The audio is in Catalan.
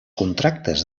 contractes